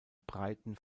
breiten